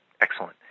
Excellent